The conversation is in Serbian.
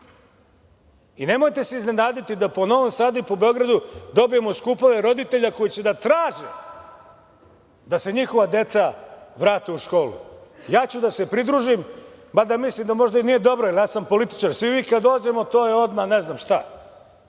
i nemojte se iznenaditi da po Novom Sadu i po Beogradu dobijamo skupove roditelja koji će da traže da se njihova deca vrate u školu. Ja ću da se pridružim, mada mislim da možda i nije dobro, jer ja sam političar, svi mi kada dođemo, to je odmah ne znam šta,